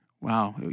wow